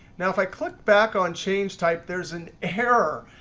now if i click back on change type, there's an error.